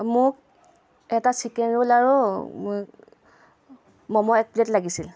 মোক এটা chicken roll আৰু মমো এক প্লেট লাগিছিল